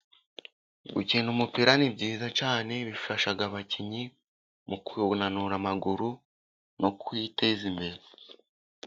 Gukina umupira ni byiza cyane, bifasha abakinnyi mu kunanura amaguru, no kwiteza imbere.